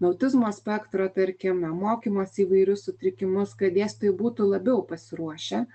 autizmo spektro tarkim mokymosi įvairius sutrikimus kad dėstytojai būtų labiau pasiruošę